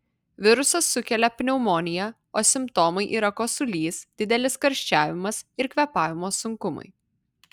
virusas sukelia pneumoniją o simptomai yra kosulys didelis karščiavimas ir kvėpavimo sunkumai